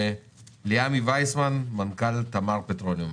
ליעמי ויסמן, מנכ"ל תמר פטרוליום,